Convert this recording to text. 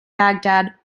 baghdad